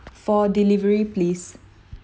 for delivery please